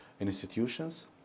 institutions